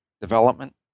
development